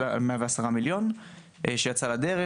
של 110 מיליון שיצא לדרך.